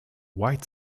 white